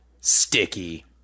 sticky